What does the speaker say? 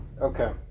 Okay